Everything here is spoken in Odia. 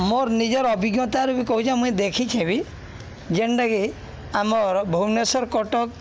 ମୋର୍ ନିଜର ଅଭିଜ୍ଞତାରୁ ବି କହୁଛେ ମୁଇଁ ଦେଖିଛେ ବି ଯେନ୍ଟାକି ଆମର ଭୁବନେଶ୍ୱର କଟକ